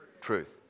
truth